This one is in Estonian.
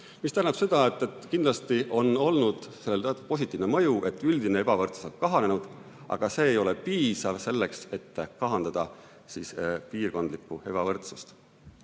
See tähendab seda, et kindlasti on olnud sellel teatud positiivne mõju, et üldine ebavõrdsus on kahanenud, aga see ei ole piisav selleks, et kahandada piirkondlikku ebavõrdsust.